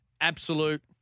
absolute